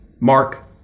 Mark